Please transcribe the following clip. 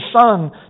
son